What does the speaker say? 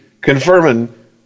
confirming